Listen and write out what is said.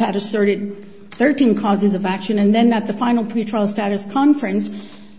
had a certain thirteen causes of action and then at the final pretrial status conference